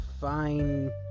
fine